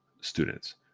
students